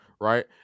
right